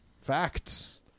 Facts